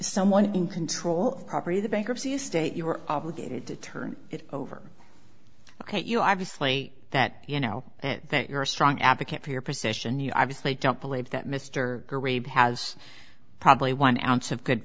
someone in control of property the bankruptcy estate you were obligated to turn it over ok you obviously that you know that you're a strong advocate for your position you obviously don't believe that mr wade has probably one ounce of good